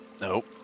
Nope